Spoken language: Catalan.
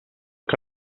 que